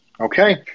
Okay